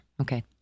Okay